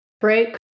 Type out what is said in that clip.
break